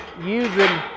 using